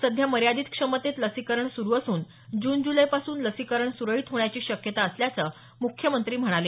सध्या मर्यादित क्षमतेत लसीकरण सुरू असून जुन जुलैपासून लसीकरण सुरळीत होण्याची शक्यता असल्याचं मुख्यमंत्री म्हणाले